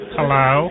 Hello